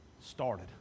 Started